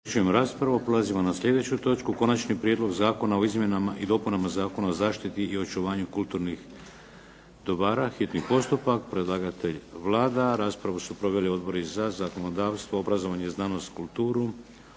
Prelazimo na sljedeću točku - Konačni prijedlog zakona o izmjenama i dopunama Zakona o zaštiti i očuvanju kulturnih dobara, hitni postupak, prvo i drugo čitanje, P.Z. br. 547. Predlagatelj je Vlada. Raspravu su proveli Odbori za zakonodavstvo, obrazovanje, znanost i kulturu,